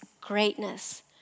greatness